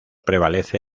prevalece